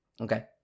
Okay